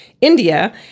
India